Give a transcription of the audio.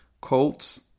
Colts